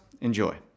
enjoy